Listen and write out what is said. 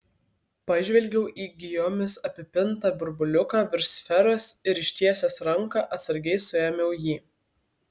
pažvelgiau į gijomis apipintą burbuliuką virš sferos ir ištiesęs ranką atsargiai suėmiau jį